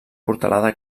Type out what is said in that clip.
portalada